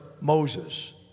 Moses